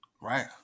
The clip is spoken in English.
Right